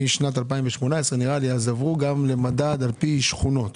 משנת 2018 נראה לי, אז עברו גם למדד על פי שכונות.